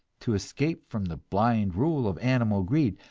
to escape from the blind rule of animal greed,